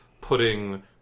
putting